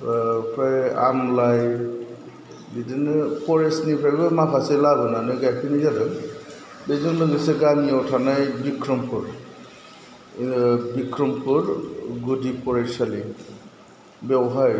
ओमफ्राय आमलाय बिदिनो फरेस्थनिफ्रायबो माखासे लाबोनानै गायफैनाय जादों बिजों लोगोसे गामियाव थानाय बिख्रमफुर बिख्रमफुर गुदि फरायसालि बेयावहाय